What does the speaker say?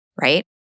right